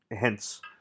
hence